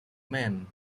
men